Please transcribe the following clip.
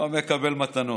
לא מקבל מתנות.